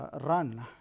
run